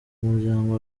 muryango